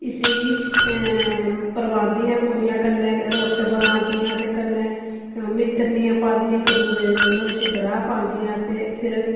इस्सी गी परवादियां कुड़ियां कन्नै रुट्ट बनांदियां ते कन्नै मित्तरनियां पांदियां इक दूए दे मुहां बिच ग्राह् पांदियां ते फिर